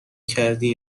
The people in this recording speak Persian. کردی